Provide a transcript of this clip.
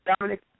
Dominic